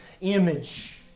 Image